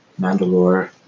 Mandalore